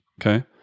Okay